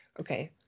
Okay